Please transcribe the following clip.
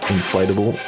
Inflatable